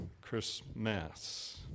Christmas